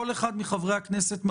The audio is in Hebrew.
כל אחד מחברי הכנסת,